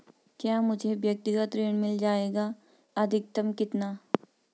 क्या मुझे व्यक्तिगत ऋण मिल जायेगा अधिकतम कितना?